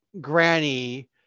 Granny